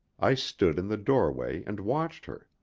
i stood in the doorway and watched her.